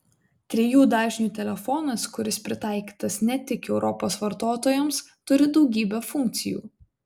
trijų dažnių telefonas kuris pritaikytas ne tik europos vartotojams turi daugybę funkcijų